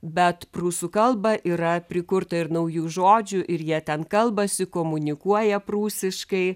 bet prūsų kalba yra prikurta ir naujų žodžių ir jie ten kalbasi komunikuoja prūsiškai